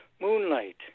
moonlight